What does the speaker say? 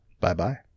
Bye-bye